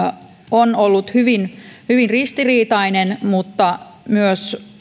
on ollut hyvin hyvin ristiriitainen mutta